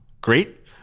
great